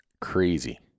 crazy